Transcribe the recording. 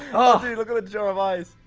oh dude, look at at the jar of eyes